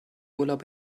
urlaub